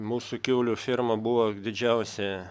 mūsų kiaulių ferma buvo didžiausia